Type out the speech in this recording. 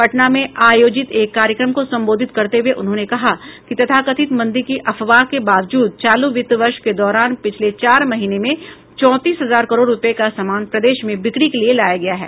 पटना में आयोजित एक कार्यक्रम को संबोधित करते हुए उन्होंने कहा कि तथाकथित मंदी की अफवाह के बावजूद चालू वित्त वर्ष के दौरान पहले चार महीने में चौंतीस हजार करोड़ रूपये का सामान प्रदेश में बिक्री के लिये लाया गया है